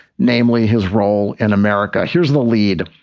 namely his role in america. here's the lead.